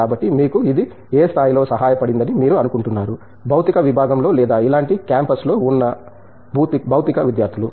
కాబట్టి మీకు ఇది ఏ స్థాయిలో సహాయపడిందని మీరు అనుకుంటున్నారు భౌతిక విభాగంలో లేదా ఇలాంటి క్యాంపస్లో ఉన్న భౌతిక విద్యార్థులు